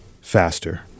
faster